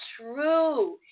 true